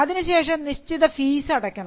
അതിനു ശേഷം നിശ്ചിത ഫീസ് അടയ്ക്കണം